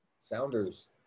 Sounders